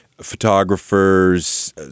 photographers